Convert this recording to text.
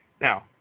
Now